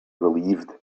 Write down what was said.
relieved